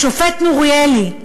השופט נוריאלי,